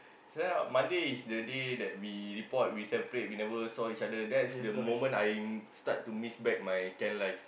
so Monday is the day that we report we separate we never saw each other that is the moment I start to miss back my camp life